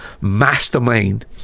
mastermind